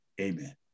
Amen